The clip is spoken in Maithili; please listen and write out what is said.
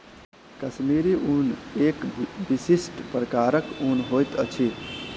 कश्मीरी ऊन एक विशिष्ट प्रकारक ऊन होइत अछि